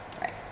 Right